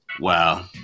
Wow